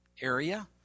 area